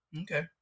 Okay